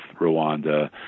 Rwanda